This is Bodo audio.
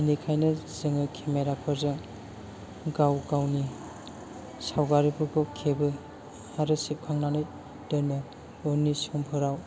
बेनिखायनो जोङो खेमेरा फोरजों गाव गावनि सावगारिफोरखौ खेबो आरो सेबखांनानै दोनो उननि समफोराव